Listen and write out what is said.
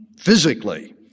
Physically